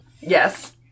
Yes